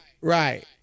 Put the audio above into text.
right